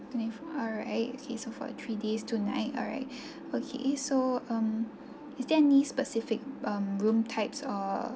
twenty f~ alright okay so for three days two night alright okay so um is there any specific um room types or